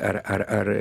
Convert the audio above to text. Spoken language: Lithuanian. ar ar ar